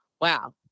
Wow